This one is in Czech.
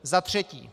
Za třetí.